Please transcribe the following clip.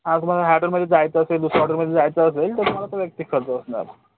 हा तुम्हाला ह्या हॉटेलमध्ये जायचं असेल दुसऱ्या हॉटेलमध्ये जायचं असेल तर तुम्हाला तो वैयक्तिक खर्च असणार